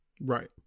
Right